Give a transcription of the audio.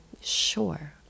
sure